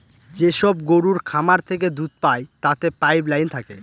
যেসব গরুর খামার থেকে দুধ পায় তাতে পাইপ লাইন থাকে